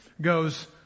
goes